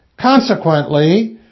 Consequently